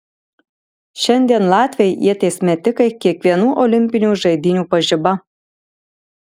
šiandien latviai ieties metikai kiekvienų olimpinių žaidynių pažiba